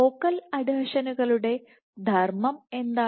focal അഡീഷനുകളുടെ ധർമ്മം എന്താണ്